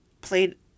played